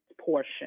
portion